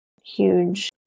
huge